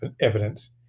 evidence